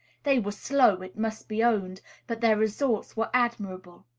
they were slow, it must be owned but their results were admirable.